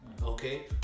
Okay